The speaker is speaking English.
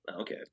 Okay